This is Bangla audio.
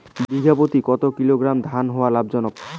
বিঘা প্রতি কতো কিলোগ্রাম ধান হওয়া লাভজনক?